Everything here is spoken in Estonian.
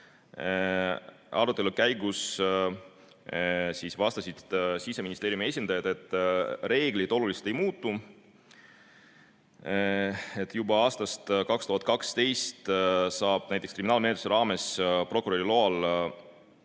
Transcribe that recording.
Arutelu käigus vastasid Siseministeeriumi esindajad, et reeglid oluliselt ei muutu, juba aastast 2012 saab näiteks kriminaalmenetluse raames prokuröri loal